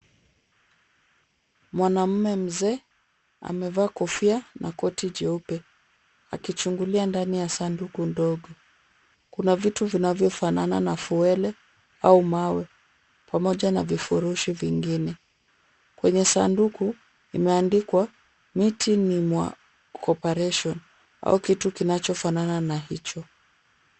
Mwanamume mzee amevaa kofia na koti jeupe akichungulia ndani ya sanduku ndogo. Kuna vitu vinavyofanana na fuele au mawe pamoja na vifurushi vingine. Kwenye sanduku imeandikwa miti ni mwa cooperation au kitu kinachofanana na hicho.